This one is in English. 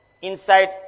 inside